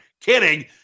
kidding